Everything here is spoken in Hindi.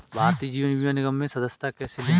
भारतीय जीवन बीमा निगम में सदस्यता कैसे लें?